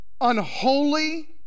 unholy